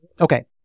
Okay